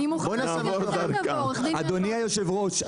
אדוני היושב-ראש.